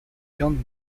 john